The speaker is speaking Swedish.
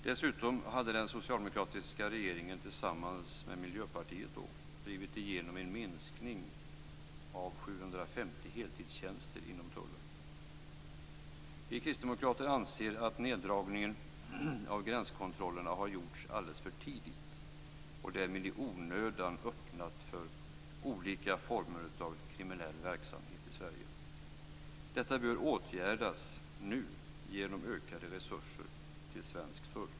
Dessutom hade den socialdemokratiska regeringen tillsammans med Miljöpartiet drivit igenom en minskning med 750 heltidstjänster inom Vi kristdemokrater anser att neddragningen av gränskontrollerna har gjorts alldeles för tidigt. Därmed har man i onödan öppnat för olika former av kriminell verksamhet i Sverige. Detta bör åtgärdas nu genom ökade resurser till svensk tull.